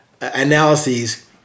analyses